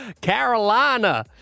Carolina